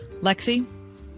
Lexi